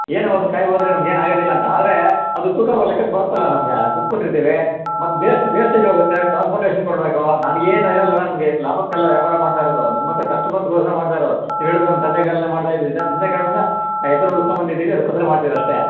ಏನು ಒಂದು ಕಾಯಿ ಹೋದ್ರೆ ನಮ್ಗೇನೂ ಆಗೋದಿಲ್ಲ ಅಂತ ಆದರೆ ಅದು ತೂಕ ಬ ಲೆಕ್ಕಕ್ಕೆ ಬರುತ್ತಲ್ಲ ನಮಗೆ ದುಡ್ಡು ಕೊಟ್ಟಿರಿತೀವಿ ಮತ್ತು ವೇಸ್ಟ್ ವೇಸ್ಟೇಜ್ ಹೋಗುತ್ತೆ ಟ್ರಾನ್ಸ್ಪೋರ್ಟೇಶನ್ ಕೊಡಬೇಕು ನಮಗೇನೂ ಇಲ್ವಲ್ಲಣ್ಣ ನಮಗೆ ಲಾಭಕ್ಕಲ್ಲ ವ್ಯಾಪಾರ ಮಾಡ್ತ ಇರೋದು ನಿಮ್ಮಂಥ ಕಸ್ಟಮರ್ಸ್ಗೋಸ್ಕರ ಮಾಡ್ತ ಇರೋದು ನೀವು ಹೇಳಿದ್ರಿ ನಮ್ಮ ತಂದೆ ಕಾಲದಿಂದ ಮಾಡ್ತಾ ಇದ್ದೀವಿ ಅಂತ ತಂದೆ ಕಾಲದಿಂದ ಆ ಹೆಸರು ಉಳ್ಸ್ಕೊಂಬಂದಿದ್ದೀವಿ ಅದಕ್ಕೋಸ್ಕರ ಮಾಡ್ತೀವಷ್ಟೇ